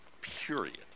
period